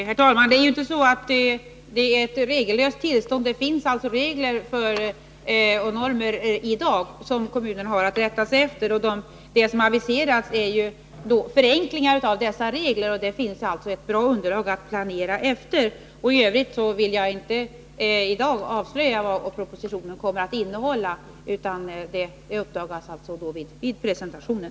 Herr talman! Det är inte så att det är ett regellöst tillstånd. Det finns regler och normer i dag som kommunerna har att rätta sig efter. Det som aviserats är förenklingar av dessa regler. Det finns alltså ett bra underlag för planering. I övrigt vill jag i dag inte avslöja vad propositionen kommer att innehålla, utan det uppdagas vid presentationen.